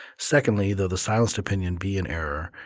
secondly, though the silenced opinion be an error,